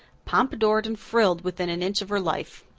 pompadoured and frilled within an inch of her life.